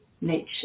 nature